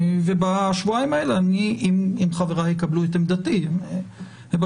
בשבועיים האלה אני - אם חבריי יקבלו את עמדתי - להמשיך